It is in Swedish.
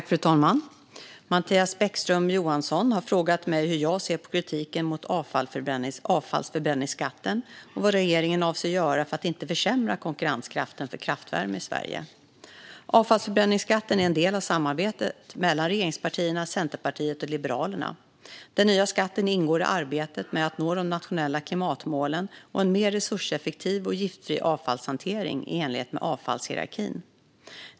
Fru talman! Mattias Bäckström Johansson har frågat mig hur jag ser på kritiken mot avfallsförbränningsskatten och vad regeringen avser att göra för att inte försämra konkurrenskraften för kraftvärme i Sverige. Avfallsförbränningsskatten är en del av samarbetet mellan regeringspartierna, Centerpartiet och Liberalerna. Den nya skatten ingår i arbetet med att nå de nationella klimatmålen och en mer resurseffektiv och giftfri avfallshantering i enlighet med avfallshierarkin.